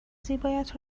زیبایت